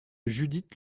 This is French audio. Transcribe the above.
judith